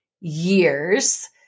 years